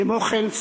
כמו כן,